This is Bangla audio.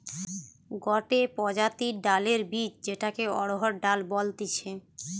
গটে প্রজাতির ডালের বীজ যেটাকে অড়হর ডাল বলতিছে